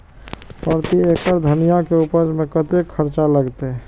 प्रति एकड़ धनिया के उपज में कतेक खर्चा लगते?